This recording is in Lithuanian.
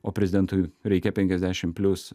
o prezidentui reikia penkiasdešim plius